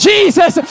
Jesus